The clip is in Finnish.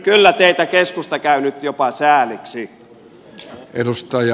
kyllä teitä keskusta käy nyt jopa sääliksi